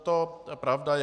To pravda je.